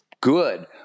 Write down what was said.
good